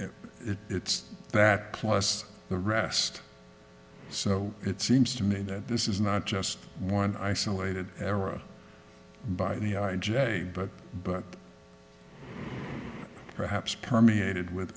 if it's that plus the rest so it seems to me that this is not just one isolated era by the i j a but but perhaps permeated with